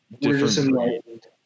Different